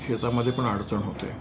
शेतामध्ये पण अडचण होते